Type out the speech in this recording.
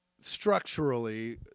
structurally